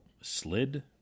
slid